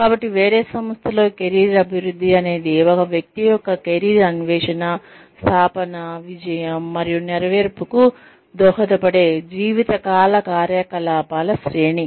కాబట్టి వేరే సంస్థలో కెరీర్ అభివృద్ధి అనేది ఒక వ్యక్తి యొక్క కెరీర్ అన్వేషణ స్థాపన విజయం మరియు నెరవేర్పుకు దోహదపడే జీవితకాల కార్యకలాపాల శ్రేణి